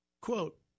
Quote